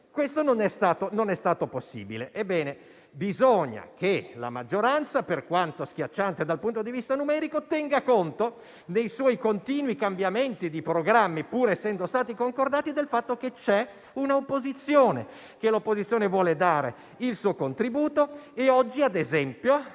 Ciò non è stato possibile. Bisogna allora che la maggioranza, per quanto schiacciante dal punto di vista numerico, tenga conto nei suoi continui cambiamenti di programmi, pur essendo stati concordati, del fatto che c'è un'opposizione che vuole dare il suo contributo. Oggi - ad esempio